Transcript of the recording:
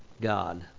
god